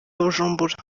bujumbura